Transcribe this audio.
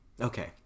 Okay